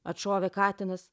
atšovė katinas